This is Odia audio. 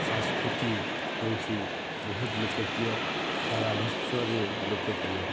ସାଂସ୍କୃତି ହେଉଛି ବହୁତ ଲୋକପ୍ରିୟ ସାରା ବିଶ୍ଵରେ ଲୋକପ୍ରିୟ